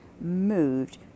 moved